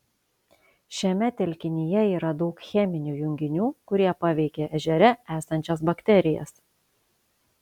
šiame telkinyje yra daug cheminių junginių kurie paveikia ežere esančias bakterijas